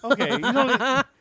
Okay